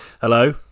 Hello